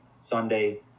Sunday